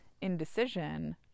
indecision